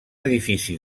edifici